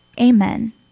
Amen